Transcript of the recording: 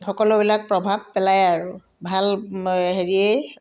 সকলোবিলাক প্ৰভাৱ পেলায় আৰু ভাল হেৰিয়েই